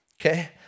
Okay